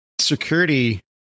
security